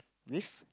leave